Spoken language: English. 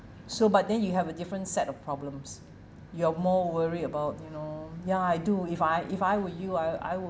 so but then you have a different set of problems you are more worried about you know ya I do if I if I were you ah I will